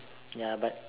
ya but